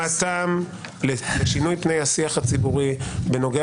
-- על תרומתם לשינוי פני השיח הציבורי בנוגע